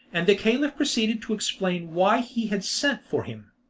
and the caliph proceeded to explain why he had sent for him.